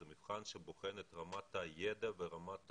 זה מבחן שבוחן את רמת הידע ואת רמת